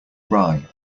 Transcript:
rye